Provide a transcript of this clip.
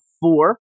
four